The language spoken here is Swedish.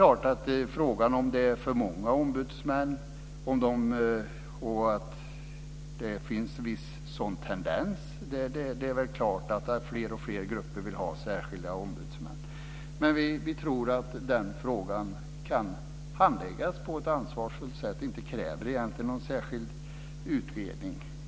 Frågan är om det är för många ombudsmän, om det finns en sådan tendens. Det är klart att fler och fler grupper vill ha särskilda ombudsmän. Vi tror att den frågan kan handläggas på ett ansvarsfullt sätt. Vi kräver inte en särskild utredning.